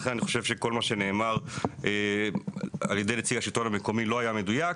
לכן אני חושב שכל מה שנאמר על ידי נציג השלטון המקומי לא היה מדויק.